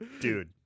dude